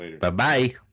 Bye-bye